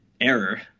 error